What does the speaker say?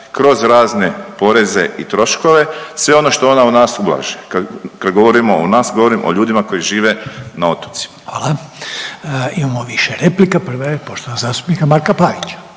kroz razne poreze i troškove sve ono što ona u nas ulaže. Kad govorimo u nas, govorim o ljudima koji žive na otocima. **Reiner, Željko (HDZ)** Hvala. Imamo više replika. Prva je poštovanog zastupnika Marka Pavić.